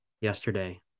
yesterday